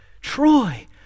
Troy